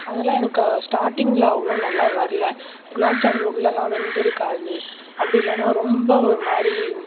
அதலாம் எனக்கு ஸ்டாட்டிங்கில் அவ்வளோ நல்லா வரல குலாப் ஜாமுன் உள்ளேலாம் வெந்திருக்காது அப்படி இல்லைனா ரொம்ப ஒரு மாதிரி